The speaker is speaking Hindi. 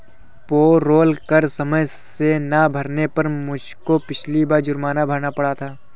पेरोल कर समय से ना भरने पर मुझको पिछली बार जुर्माना भरना पड़ा था